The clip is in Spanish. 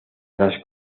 tras